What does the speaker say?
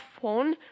phone